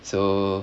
so